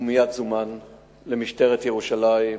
הוא מייד זומן למשטרת ירושלים,